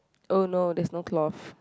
oh no there's no cloth